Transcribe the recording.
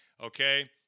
okay